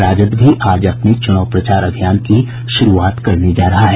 राजद भी आज से अपने चुनाव प्रचार अभियान की शुरूआत करने जा रहा है